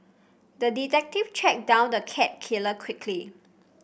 the detective tracked down the cat killer quickly